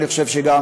אני חושב שגם